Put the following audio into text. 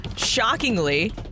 shockingly